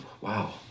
wow